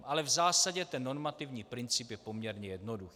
Ale v zásadě normativní princip je poměrně jednoduchý.